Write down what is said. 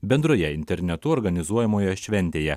bendroje internetu organizuojamoje šventėje